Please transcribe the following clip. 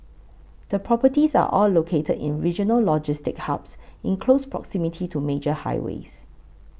the properties are all located in regional logistics hubs in close proximity to major highways